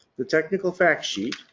the technical fact sheet,